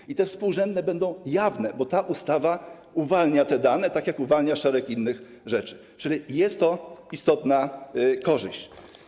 I te współrzędne będą jawne, bo ta ustawa uwalnia te dane, tak jak uwalnia szereg innych rzeczy, czyli jest to istotna korzyść.